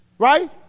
Right